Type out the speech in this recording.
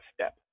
step